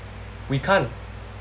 we can't